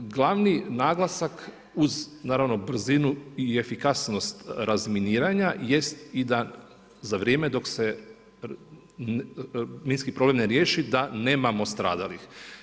Glavni naglasak uz naravno, brzinu i efikasnost razminiranja jest da i za vrijeme dok se minski problem ne riješi, da nemamo stradalih.